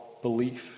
belief